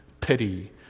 pity